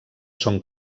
són